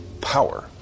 power